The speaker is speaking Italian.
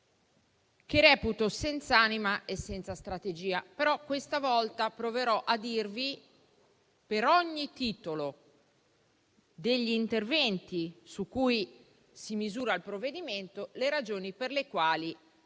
che reputo senza anima e senza strategia. Tuttavia, questa volta proverò a dirvi, per ogni titolo degli interventi su cui si misura il provvedimento, le ragioni per le quali